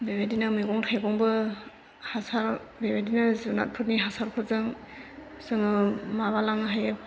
बेबायदिनो मैगं थाइगंबो हासार बेबायदिनो जुनादफोरनि हासारफोरजों जोङो माबालांनो हायो